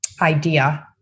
idea